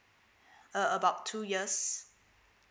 uh about two years